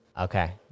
Okay